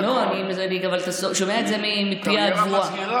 אתה גם שומע את זה מפי הגבורה.